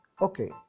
Okay